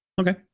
okay